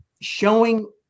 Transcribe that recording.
showing